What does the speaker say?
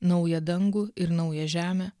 naują dangų ir naują žemę